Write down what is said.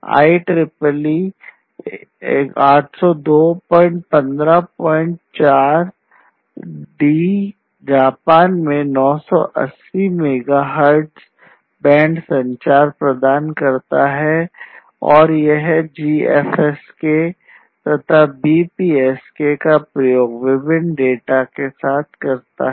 IEEE 802154d Japan में 980 megahertz band संचार प्रदान करता है और यह GFSK तथा BPSK का प्रयोग विभिन्न डेटा दर के साथ करता है